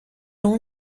اون